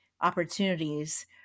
opportunities